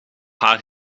haar